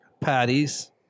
patties